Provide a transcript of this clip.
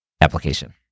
application